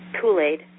Kool-Aid